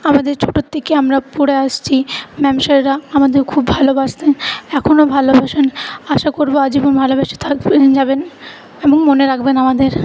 আমাদের ছোটোর থেকে আমরা পড়ে আসছি ম্যাম স্যাররা আমাদের খুব ভালোবাসতেন এখনো ভালো বাসেন আশা করবো আজীবন ভালোবেসে থাকবেন যাবেন এবং মনে রাখবেন আমাদের